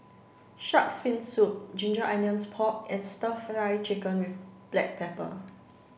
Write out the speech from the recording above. shark's fin soup ginger onions pork and stir fry chicken with black pepper